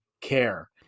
care